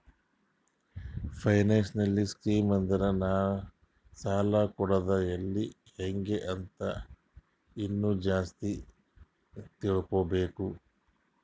financial scheme ಅಂದುರ್ ಸಾಲ ಕೊಡದ್ ಎಲ್ಲಿ ಹ್ಯಾಂಗ್ ಅಂತ ಇನ್ನಾ ಜಾಸ್ತಿ ತಿಳ್ಕೋಬೇಕು